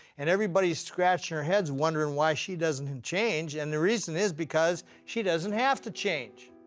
and everybody's scratching their heads wondering why she doesn't and change, and the reason is because she doesn't have to change.